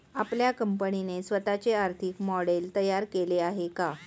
आपल्या कंपनीने स्वतःचे आर्थिक मॉडेल तयार केले आहे का?